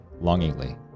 longingly